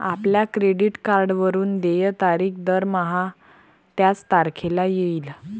आपल्या क्रेडिट कार्डवरून देय तारीख दरमहा त्याच तारखेला येईल